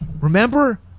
remember